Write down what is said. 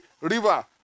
river